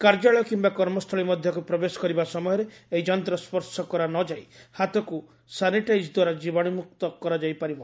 କାର୍ଯ୍ୟାଳୟ କିମ୍ବା କର୍ମସ୍ଥଳୀ ମଧ୍ୟକୁ ପ୍ରବେଶ କରିବା ସମୟରେ ଏହି ଯନ୍ତ୍ର ସ୍ୱର୍ଶ କରାନଯାଇ ହାତକୁ ସାନିଟାଇଜ ଦ୍ୱାରା ଜୀବାଣୁମୁକ୍ତ କରାଯାଇ ପାରିବ